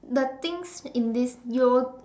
the things in this you will